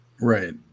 right